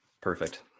Perfect